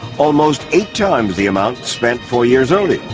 almost eight times the amount spent four years earlier.